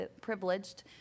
privileged